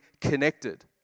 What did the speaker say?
connected